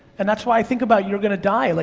and that's why i think about you're gonna die, like,